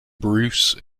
bruce